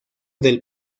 del